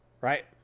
Right